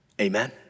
Amen